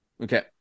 Okay